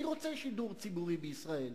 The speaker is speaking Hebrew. אני רוצה שידור ציבורי בישראל.